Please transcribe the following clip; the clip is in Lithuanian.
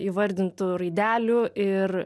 įvardintų raidelių ir